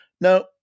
Now